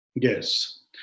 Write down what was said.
Yes